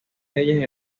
leyes